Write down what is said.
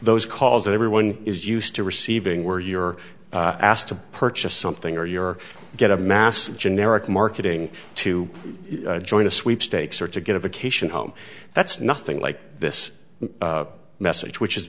those calls that everyone is used to receiving where you're asked to purchase something or you're get a mass generic marketing to join a sweepstakes or to get a vacation home that's nothing like this message which is